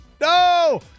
No